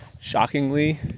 shockingly